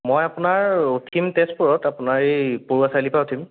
মই আপোনাৰ ৰখিম তেজপুৰত আপোনাৰ এই পৰুৱা চাৰিআলিৰ পৰা উঠিম